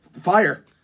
Fire